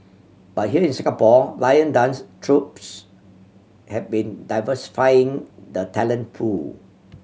but here in Singapore lion dance troupes have been diversifying the talent pool